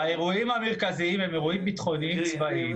נכון שהאירועים המרכזיים הם אירועים ביטחוניים צבאיים.